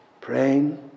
praying